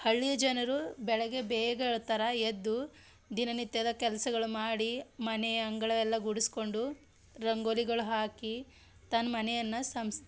ಹಳ್ಳಿಯ ಜನರು ಬೆಳಗ್ಗೆ ಬೇಗ ಏಳ್ತಾರೆ ಎದ್ದು ದಿನನಿತ್ಯದ ಕೆಲಸಗಳು ಮಾಡಿ ಮನೆ ಅಂಗಳ ಎಲ್ಲ ಗುಡಿಸ್ಕೊಂಡು ರಂಗೋಲಿಗಳು ಹಾಕಿ ತನ್ನ ಮನೆಯನ್ನು ಸಮ್ಸ್